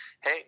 hey